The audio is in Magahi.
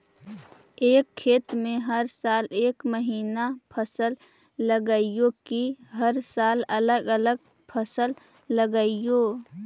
एक खेत में हर साल एक महिना फसल लगगियै कि हर साल अलग अलग फसल लगियै?